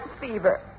fever